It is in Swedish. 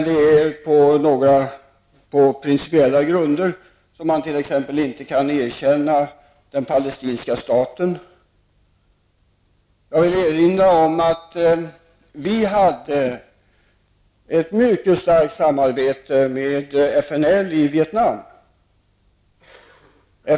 Det är på principiella grunder som vi t.ex. inte kan erkänna den palestinska staten. Jag vill erinra om att vi hade ett mycket starkt samarbete med FNL i Vietnam.